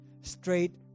straight